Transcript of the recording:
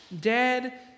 dead